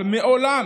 אבל מעולם